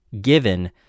given